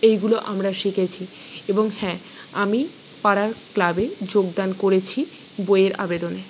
এইগুলো আমরা শিখেছি এবং হ্যাঁ আমি পাড়ার ক্লাবে যোগদান করেছি বইয়ের আবেদনে